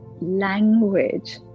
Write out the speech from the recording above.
language